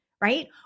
right